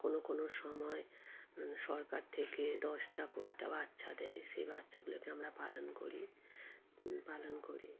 কোনো কোনো সময় সরকার থেকে দশটা কুড়িটা বাচ্চা দেয় সেই বাচ্চাগুলোকে আমরা পালন করি পালন করি